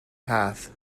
path